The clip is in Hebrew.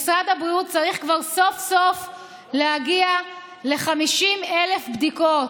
משרד הבריאות צריך סוף-סוף להגיע ל-50,000 בדיקות.